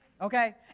okay